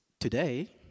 Today